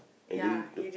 and do you